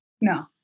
No